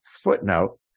footnote